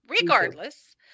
regardless